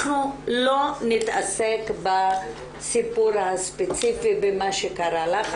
אנחנו לא נתעסק בסיפור הספציפי במה שקרה לך,